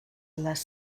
les